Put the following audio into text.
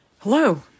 Hello